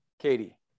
Katie